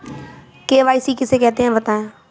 KYC किसे कहते हैं बताएँ?